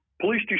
Police